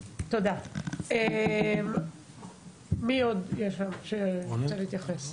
עוד מישהו רוצה להתייחס?